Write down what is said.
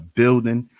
building